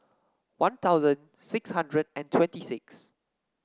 One Thousand six hundred and twenty six